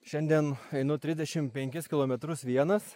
šiandien einu trisdešimt penkis kilometrus vienas